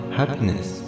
happiness